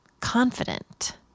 confident